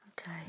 Okay